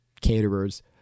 caterers